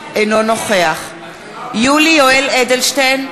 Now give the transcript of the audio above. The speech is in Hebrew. אינו נוכח יולי יואל אדלשטיין,